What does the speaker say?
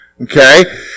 okay